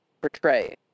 portray